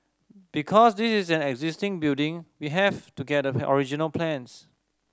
because this is an existing building we have to get the original plans